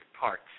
parts